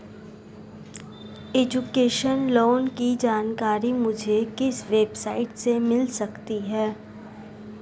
Education loan की जानकारी मुझे किस वेबसाइट से मिल सकती है?